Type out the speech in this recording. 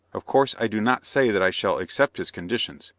of course i do not say that i shall accept his conditions,